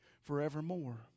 forevermore